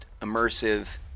immersive